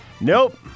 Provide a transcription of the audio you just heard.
nope